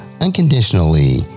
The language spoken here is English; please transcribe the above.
unconditionally